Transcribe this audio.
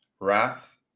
wrath